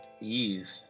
Eve